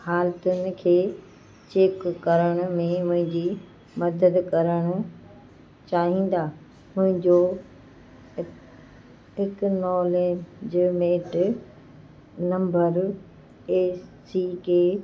हालितुन खे चेक करण में मुंहिंजी मदद करण चाहींदा मुहिंजो इक इकिनोलेजिमेट नम्बर एस सी के